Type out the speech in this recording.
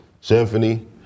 Symphony